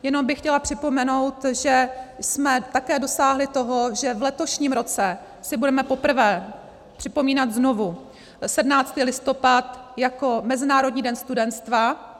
Jenom bych chtěla připomenout, že jsme také dosáhli toho, že v letošním roce si budeme poprvé připomínat znovu 17. listopad jako Mezinárodní den studenstva.